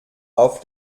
auf